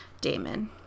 damon